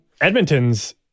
Edmonton's